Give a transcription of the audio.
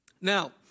Now